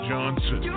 Johnson